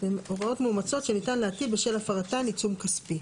הוראות מאומצות שניתן להטיל בשל הפרתן עיצום כספי